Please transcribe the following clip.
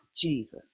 Jesus